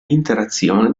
interazione